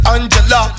Angela